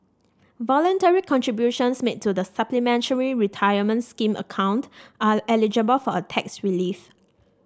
voluntary contributions made to the Supplementary Retirement Scheme account are eligible for a tax relief